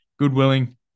Goodwilling